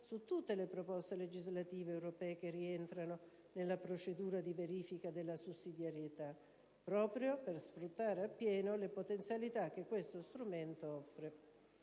su tutte le proposte legislative europee che rientrano nella procedura di verifica della sussidiarietà, proprio per sfruttare appieno le potenzialità che questo strumento offre;